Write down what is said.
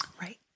Right